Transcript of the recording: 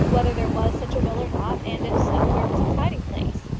whether there was such a will or not, and, if so, where was its hiding-place?